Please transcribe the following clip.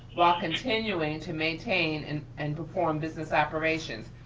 while continuing to maintain and and perform business operations.